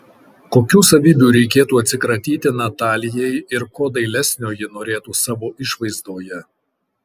kokių savybių reikėtų atsikratyti natalijai ir ko dailesnio ji norėtų savo išvaizdoje